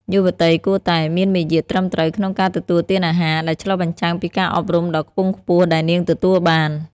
យុវតីគួរតែ "មានមារយាទត្រឹមត្រូវក្នុងការទទួលទានអាហារ" ដែលឆ្លុះបញ្ចាំងពីការអប់រំដ៏ខ្ពង់ខ្ពស់ដែលនាងទទួលបាន។